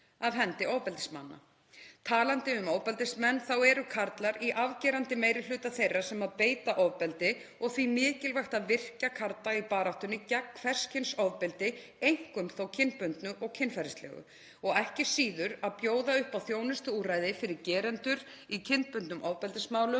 af hendi ofbeldismanna. Talandi um ofbeldismenn eru karlar í afgerandi meiri hluta þeirra sem beita ofbeldi og því mikilvægt að virkja karla í baráttunni gegn hvers kyns ofbeldi, einkum þó kynbundnu og kynferðislegu, og ekki síður að bjóða upp á þjónustu og úrræði fyrir gerendur í kynbundnum ofbeldismálum.